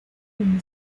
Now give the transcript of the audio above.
donde